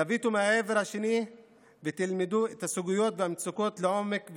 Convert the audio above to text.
תביטו מהעבר השני ותלמדו את הסוגיות ואת המצוקות לעומק,